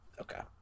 Okay